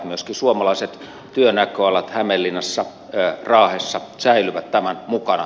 myöskin suomalaiset työnäköalat hämeenlinnassa ja raahessa säilyvät tämän mukana